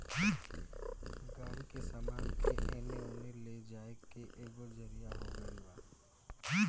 गाड़ी से सामान के एने ओने ले जाए के एगो जरिआ हो गइल बा